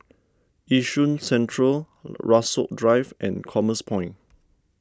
Yishun Central Rasok Drive and Commerce Point